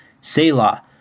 Selah